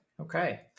Okay